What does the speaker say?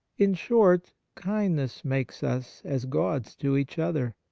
in short, kindness makes us as gods to each other.